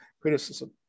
criticism